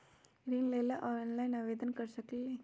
ऋण लेवे ला ऑनलाइन से आवेदन कर सकली?